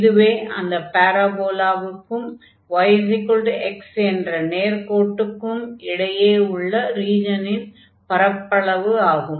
இதுவே அந்த பாரபோலாவுக்கும் yx என்ற நேர்க்கோட்டுக்கும் இடையே உள்ள ரீஜனின் பரப்பளவு ஆகும்